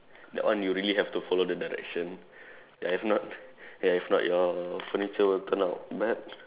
that one you really have to follow the direction ya if not ya if not your furniture will turn out bad